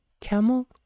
camel